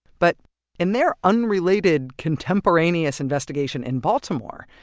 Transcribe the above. but in their unrelated, contemporaneous investigation in baltimore,